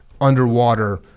underwater